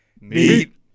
meet